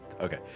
Okay